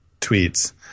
tweets